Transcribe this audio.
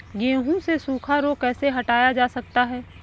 गेहूँ से सूखा रोग कैसे हटाया जा सकता है?